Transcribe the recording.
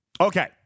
Okay